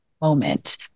moment